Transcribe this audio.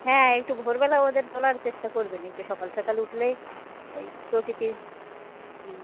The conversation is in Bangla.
হ্যাঁ একটু ভোরবেলা ওদের তোলার চেষ্টা করবেন একটু সকাল সকাল উঠলে ওই প্রকৃিতির হুম